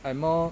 I'm more